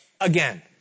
Again